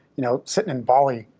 you know, sittin' in bali,